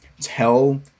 tell